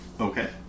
Okay